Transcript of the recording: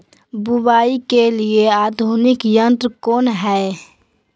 बुवाई के लिए आधुनिक यंत्र कौन हैय?